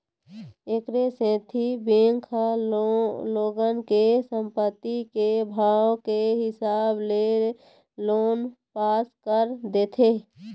एखरे सेती बेंक ह लोगन के संपत्ति के भाव के हिसाब ले लोन पास कर देथे